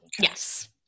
Yes